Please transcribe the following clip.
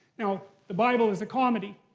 now, the bible is a comedy.